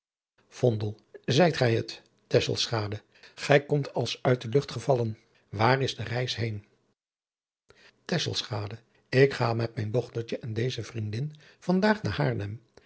zigt gij het tesselschade gij komt als uit de lucht gevallen waar is de reis heen tesselschade ik ga met mijn dochtertje en deze vriendin van daag